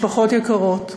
משפחות יקרות,